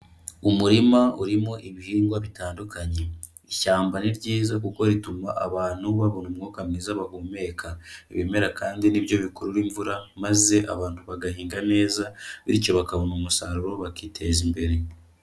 Umurima urimo ibihingwa bitandukanye. Ishyamba ni ryiza kuko rituma abantu babona umwuka mwiza bahumeka. Ibimera kandi ni byo bikurura imvura maze abantu bagahinga neza bityo bakabona umusaruro bakiteza imbere.